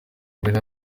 imbere